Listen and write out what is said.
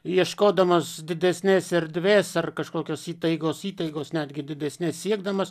ieškodamas didesnės erdvės ar kažkokios įtaigos įtaigos netgi didesnės siekdamas